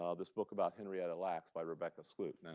ah this book about henrietta lacks by rebecca skloot?